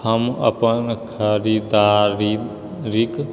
हम अपन खरीदारीके